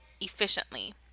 efficiently